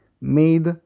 made